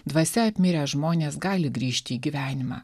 dvasia apmirę žmonės gali grįžti į gyvenimą